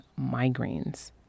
migraines